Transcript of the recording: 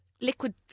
liquid